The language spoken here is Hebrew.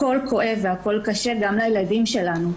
הכול כואב והכול קשה, גם לילדים שלנו.